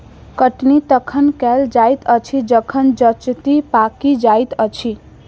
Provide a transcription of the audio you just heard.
कटनी तखन कयल जाइत अछि जखन जजति पाकि जाइत अछि